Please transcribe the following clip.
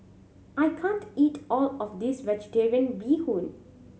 I can't eat all of this Vegetarian Bee Hoon